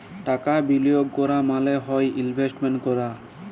টাকা বিলিয়গ ক্যরা মালে হ্যয় ইলভেস্টমেল্ট ক্যরা